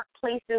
places